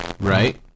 right